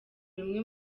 rimwe